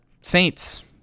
Saints